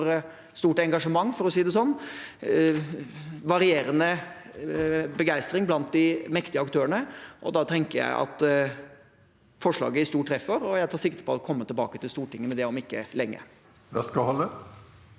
stort engasjement, for å si det sånn. Det har vært varierende begeistring blant de mektige aktørene, og da tenker jeg at forslaget i stort treffer. Jeg tar sikte på å komme tilbake til Stortinget med det om ikke lenge. Lene